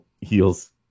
heels